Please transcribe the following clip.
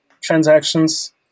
transactions